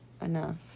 enough